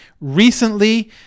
Recently